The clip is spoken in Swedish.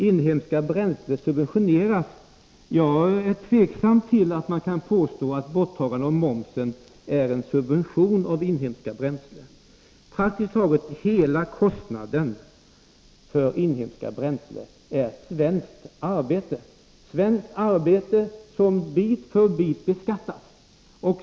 Inhemska bränslen subventioneras, sades det. Jag är tveksam till om man kan påstå att borttagande av momsen är en subvention av inhemska bränslen. Praktiskt taget hela kostnaden för inhemska bränslen avser svenskt arbete, som bit för bit beskattas.